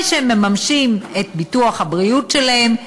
הם מממשים את ביטוח הבריאות שלהם,